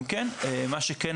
מה שכן,